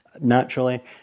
naturally